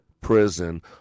prison